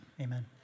Amen